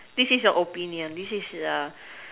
this is your opinion this is uh